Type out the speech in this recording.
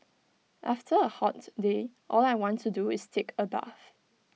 after A hot day all I want to do is take A bath